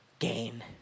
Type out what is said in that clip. gain